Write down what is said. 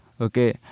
okay